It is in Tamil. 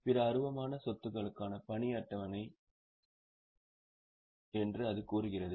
பிற அருவமான சொத்துகளுக்கான பணி அட்டவணை என்று அது கூறுகிறது